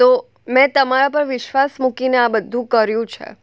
તો મેં તમારા પર વિશ્વાસ મૂકીને આ બધું કર્યું છે